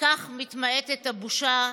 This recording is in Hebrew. כך מתמעטת הבושה,